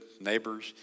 neighbors